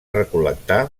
recol·lectar